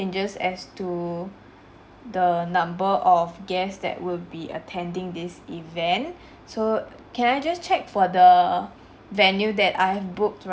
~ges as to the number of guest that will be attending this event so can I just check for the venue that I have booked ri~